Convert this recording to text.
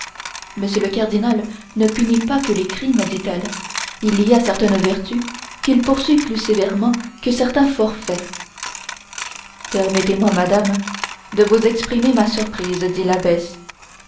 le cardinal ne punit pas que les crimes dit-elle il y a certaines vertus qu'il poursuit plus sévèrement que certains forfaits permettez-moi madame de vous exprimer ma surprise dit l'abbesse